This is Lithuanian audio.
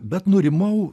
bet nurimau